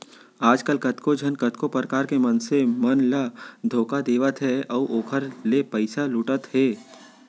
आजकल कतको झन कतको परकार ले मनसे मन ल धोखा देवत हे अउ ओखर ले पइसा लुटत हे